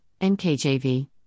NKJV